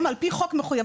הם על פי חוק מחויבות,